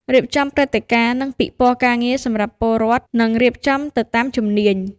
រៀបចំព្រឹត្តិការណ៍ និងពិព័រណ៍ការងារសម្រាប់ពើរដ្ឋ និងរៀបចំទៅតាមជំនាញ។